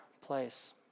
place